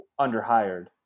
underhired